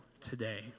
today